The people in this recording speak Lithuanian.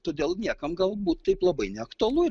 todėl niekam galbūt taip labai neaktualu